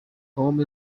home